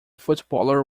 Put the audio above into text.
footballer